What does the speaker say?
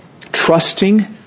trusting